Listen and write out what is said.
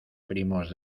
primos